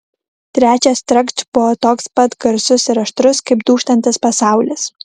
trečias trakšt buvo toks pat garsus ir aštrus kaip dūžtantis pasaulis